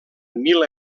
mil